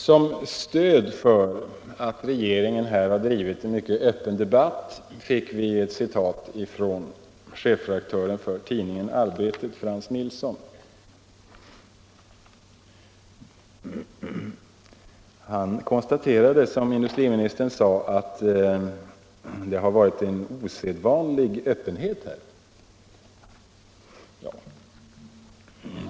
Som stöd för att regeringen här har drivit en mycket öppen debatt anförde industriministern ett citat ur en artikel som chefredaktören för tidningen Arbetet, Frans Nilsson, skrivit. Frans Nilsson konstaterade," menade industriministern, att det har varit en osedvanlig öppenhet här.